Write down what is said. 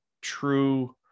true